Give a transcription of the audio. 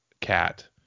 cat